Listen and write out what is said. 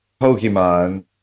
pokemon